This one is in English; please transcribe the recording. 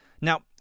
Now